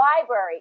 library